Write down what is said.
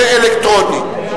באלקטרוני.